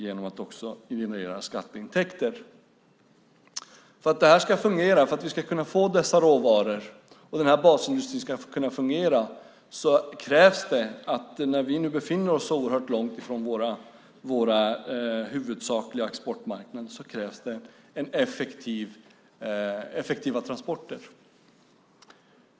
För att den basindustrin ska fungera, för att vi ska kunna få fram dessa råvaror, då vi befinner oss oerhört långt från våra huvudsakliga exportmarknader krävs effektiva transporter.